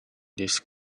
this